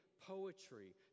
poetry